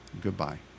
Goodbye